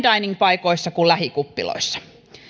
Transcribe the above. dining paikoissa kuin lähikuppiloissa